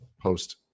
post